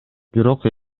бирок